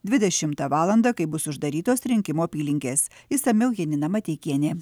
dvidešimtą valandą kai bus uždarytos rinkimų apylinkės išsamiau janina mateikienė